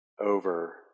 over